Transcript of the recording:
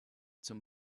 zum